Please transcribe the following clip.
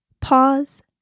Pause